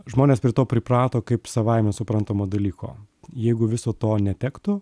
žmonės prie to priprato kaip savaime suprantamo dalyko jeigu viso to netektų